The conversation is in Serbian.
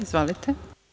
Izvolite.